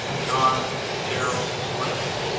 john darrell britton!